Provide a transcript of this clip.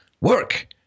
work